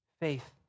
Faith